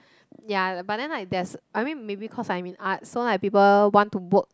ya but then like there's I mean maybe cause I'm in arts so like people want to work